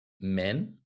men